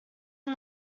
are